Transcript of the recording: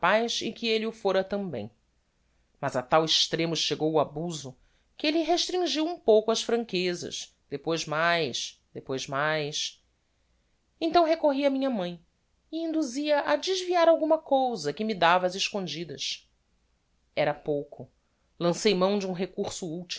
e que elle o fora tambem mas a tal extremo chegou o abuso que elle restringiu um pouco as franquezas depois mais depois mais então recorri a minha mãe e induzi a a desviar alguma cousa que me dava ás escondidas era pouco lancei mão de um recurso